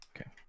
okay